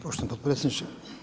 Poštovani potpredsjedniče.